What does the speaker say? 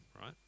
right